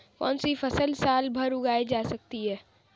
कौनसी फसल साल भर उगाई जा सकती है?